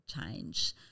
change